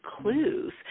clues